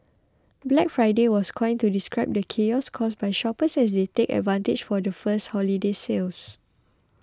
Black Friday was coined to describe the chaos caused by shoppers as they take advantage of the first holiday sales